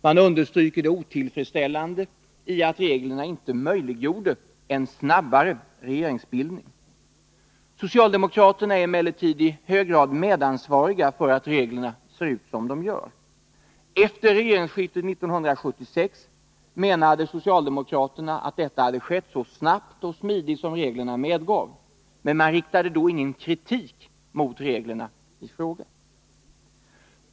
Man understryker det otillfredsställande i att reglerna inte möjliggjorde en snabbare regeringsbildning. Socialdemokraterna är emellertid i så fall i hög grad medansvariga för att reglerna ser ut som de gör. Efter regeringsskiftet 1976 menade socialdemokraterna att detta hade skett så snabbt och smidigt som reglerna medgav. Man riktade då ingen kritik mot reglerna i fråga.